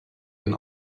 den